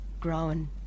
grown